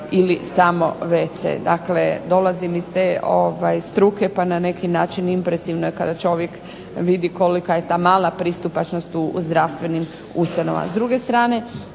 ili samo wc. Dakle dolazim iz te struke pa na neki način impresivno je kada čovjek vidi kolika je ta mala pristupačnost u zdravstvenim ustanovama.